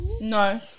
No